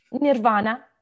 Nirvana